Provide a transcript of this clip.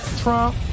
Trump